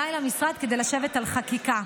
אליי למשרד כדי לשבת על חקיקה.